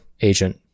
Agent